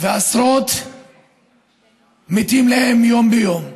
ועשרות מתים להם יום-יום.